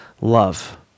love